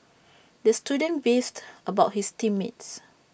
the student beefed about his team mates